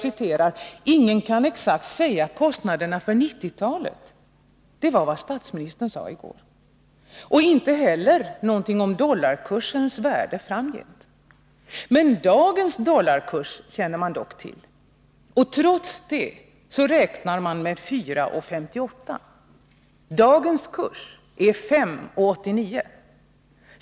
Ingen kan exakt förutsäga kostnaderna för 1990-talet och inte heller dollarkursens värde framgent sade statsministern i går. Dagens dollarkurs känner man dock till. Trots det räknar man med 4:58! Dagens kurs är 5:89!